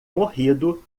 morrido